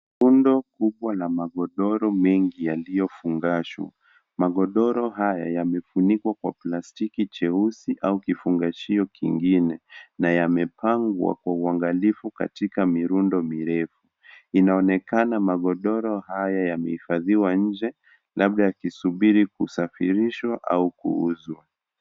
Rundo kubwa la magodoro mengi yaliyofungashwa. Magodoro haya yamefunikwa kwa plastiki jeusi au kifungashio kingine, na yamepangwa kwa uangalifu katika mirundo mirefu. Inaonekana magodoro haya yamehifadhiwa nje, labda yakisubiri kusafirishwa au kuuzwa.